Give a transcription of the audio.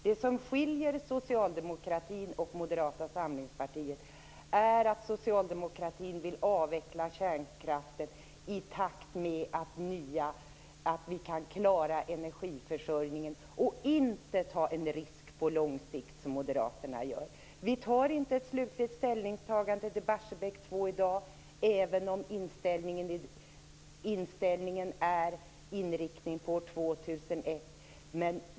Det som skiljer Socialdemokraterna och Moderata samlingspartiet åt är att Socialdemokraterna vill avveckla kärnkraften i takt med att vi kan klara energiförsörjningen och därigenom inte ta en risk på lång sikt, som Moderaterna gör. Vi tar inte slutlig ställning till Barsebäck 2 i dag, även om inställningen är inriktning på år 2001.